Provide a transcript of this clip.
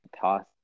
toss